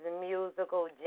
musical